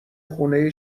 خونه